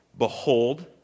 Behold